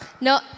No